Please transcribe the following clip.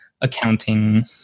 accounting